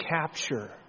capture